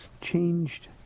changed